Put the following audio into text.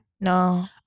No